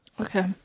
Okay